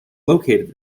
located